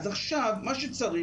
עכשיו מה שצריך,